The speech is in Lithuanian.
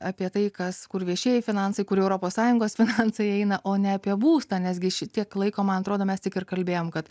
apie tai kas kur viešieji finansai kur europos sąjungos finansai eina o ne apie būstą nesgi šitiek laiko man atrodo mes tik ir kalbėjom kad